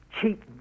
Cheap